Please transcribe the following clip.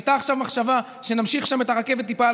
הייתה עכשיו מחשבה שנמשיך שם את הרכבת טיפה על